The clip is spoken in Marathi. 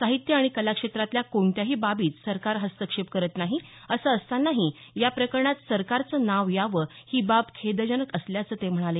साहित्य आणि कला क्षेत्रातल्या कोणत्याही बाबीत सरकार हस्तक्षेप करत नाही असं असतानाही या प्रकरणात सरकारचं नाव यावं ही बाब खेदजनक असल्याचं ते म्हणाले